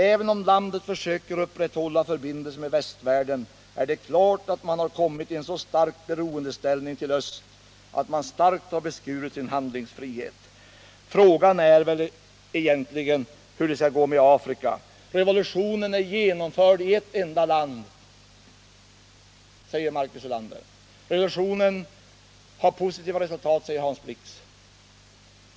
Även om landet försöker upprätthålla förbindelser med Västvärlden, är det klart att man har kommit i en så stark beroendeställning till Öst, att man starkt har beskurit sin handlingsfrihet.” Frågan är väl egentligen hur det skall gå med Afrika. Revolutionen är genomförd i ett enda land, säger Marcus Ölander. Revolutionen har positiva resultat, säger Hans Blix.